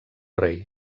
rei